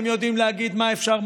הם יודעים להגיד מה אפשר,